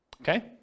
Okay